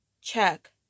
check